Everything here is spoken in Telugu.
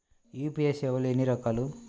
యూ.పీ.ఐ సేవలు ఎన్నిరకాలు?